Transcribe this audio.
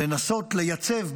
לנסות לייצב,